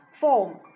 Form